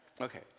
Okay